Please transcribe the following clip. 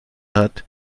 hat